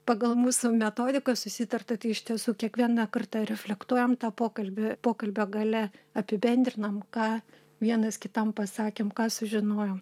pagal mūsų metodikas susitarta tai iš tiesų kiekvieną kartą reflektuojam tą pokalbį pokalbio gale apibendrinam ką vienas kitam pasakėm ką sužinojom